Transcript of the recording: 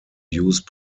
use